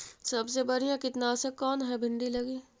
सबसे बढ़िया कित्नासक कौन है भिन्डी लगी?